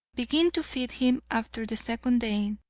begin to feed him after the second day.